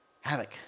Havoc